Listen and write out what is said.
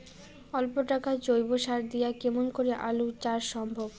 অল্প টাকার জৈব সার দিয়া কেমন করি আলু চাষ সম্ভব?